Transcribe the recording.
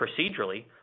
Procedurally